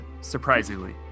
Surprisingly